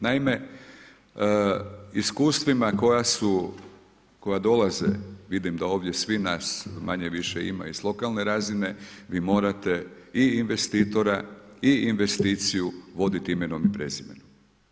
Naime, iskustvima koja su, koja dolaze vidim da ovdje svi nas manje-više ima i s lokalne razine vi morate i investitora i investiciju voditi imenom i prezimenom.